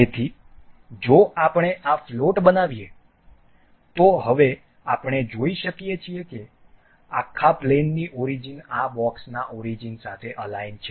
તેથી જો આપણે આ ફ્લોટ બનાવીએ તો હવે આપણે જોઈ શકીએ છીએ કે આખા પ્લેનની ઓરીજીન આ બોક્સના ઓરીજીન સાથે અલાઈન છે